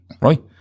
right